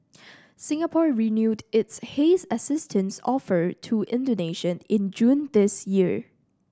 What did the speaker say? Singapore renewed its haze assistance offer to Indonesia in June this year